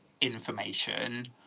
information